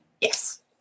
Yes